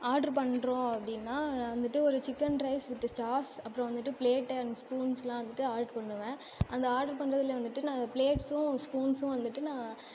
order பண்ணுறோம் அப்படின்னா வந்துட்டு ஒரு சிக்கன் ரைஸ் வித்து சாஸ் அப்புறம் வந்துட்டு பிளேட் அண்ட் ஸ்பூன்ஸெலாம் வந்துட்டு ஆட்ரு பண்ணுவேன் அந்த ஆட்ரு பண்ணுறதுல வந்துட்டு நான் பிளேட்ஸும் ஸ்பூன்ஸும் வந்துட்டு நான்